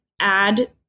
add